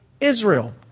Israel